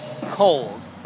cold